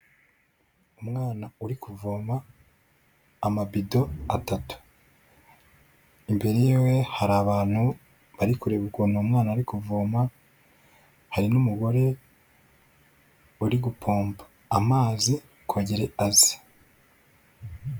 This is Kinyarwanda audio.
Umwana uri kuvoma amabido atatu, imbere yiwe hari abantu bari kureba ukuntu umwana ari kuvoma, hari n'umugore uri gupomba amazi kugira aze.